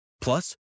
Plus